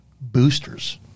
Boosters